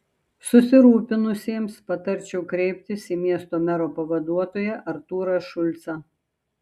susirūpinusiesiems patarčiau kreiptis į miesto mero pavaduotoją artūrą šulcą